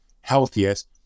healthiest